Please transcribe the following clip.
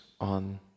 on